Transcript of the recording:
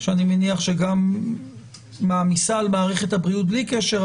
שאני מניח שגם מעמיסה על מערכת הבריאות בלי קשר,